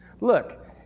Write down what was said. look